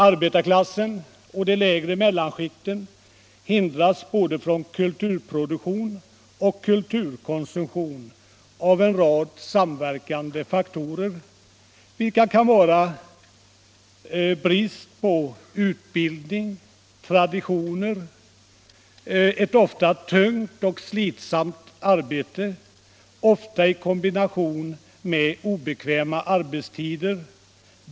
Arbetarklassen och de lägre mellanskikten hindras både från kulturproduktion och från kulturkonsumtion av en rad samverkande faktorer, vilka kan vara brist på utbildning, traditioner, ett ofta tungt och slitsamt arbete ofta i kombination med obekväma arbetstider.